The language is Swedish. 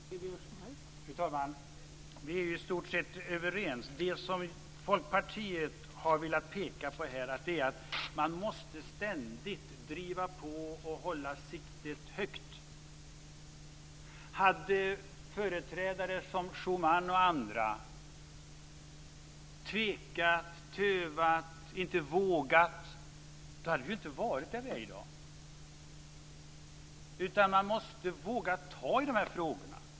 Fru talman! Vi är i stort sett överens. Det Folkpartiet har velat peka på är att man ständigt måste driva på och hålla siktet högt. Hade företrädare som Schuman och andra tvekat, tövat, inte vågat, hade vi inte varit där vi är i dag. Man måste våga ta i de här frågorna.